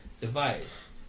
device